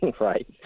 Right